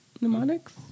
Mnemonics